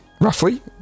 roughly